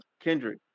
Kendrick